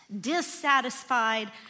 dissatisfied